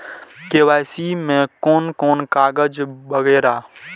KYC में कोन कोन कागज वगैरा?